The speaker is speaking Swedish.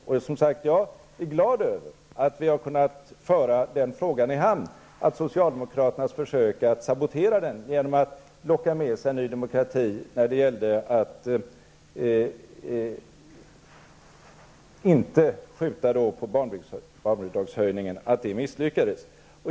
Jag är som sagt glad över att vi har kunnat föra den frågan i hamn, att socialdemokraternas försök att sabotera den genom att locka med sig Ny Demokrati, så att det inte skulle bli möjligt att skjuta på barnbidragshöjningen, misslyckades.